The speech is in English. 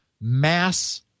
mass